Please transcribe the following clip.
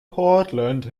portland